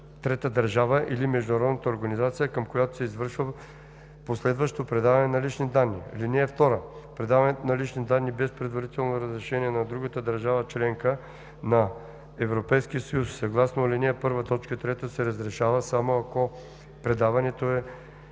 трета държава или международната организация, към която се извършва последващото предаване на лични данни. (2) Предаването на лични данни без предварителното разрешение на другата държава – членка на Европейския съюз, съгласно ал. 1, т. 3 се разрешава, само ако предаването е